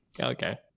Okay